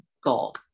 goal